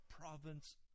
province